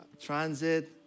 Transit